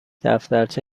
دفترچه